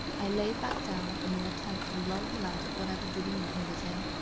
i laid back down in in attempt to lull him out of whatever dream he was in.